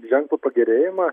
ženklų pagerėjimą